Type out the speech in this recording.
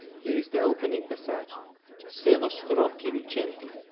here is the opening passage se vostr'occhi lucenti.